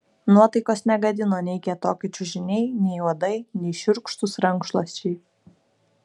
nuotaikos negadino nei kietoki čiužiniai nei uodai nei šiurkštūs rankšluosčiai